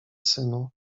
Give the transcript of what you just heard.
synu